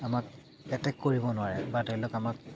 আমাক এটেক কৰিব নোৱাৰে বা ধৰি লওক আমাক